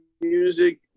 music